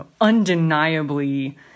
undeniably